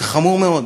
זה חמור מאוד.